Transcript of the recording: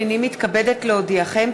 הנני מתכבדת להודיעכם,